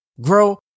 grow